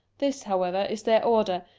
this, however, is their order,